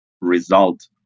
result